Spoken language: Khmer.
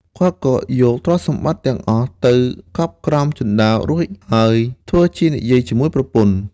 គាត់ក៏យកទ្រព្យសម្បត្តិទាំងអស់ទៅកប់ក្រោមជណ្ដើររួចហើយធ្វើជានិយាយជាមួយប្រពន្ធ។